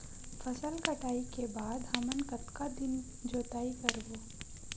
फसल कटाई के बाद हमन कतका दिन जोताई करबो?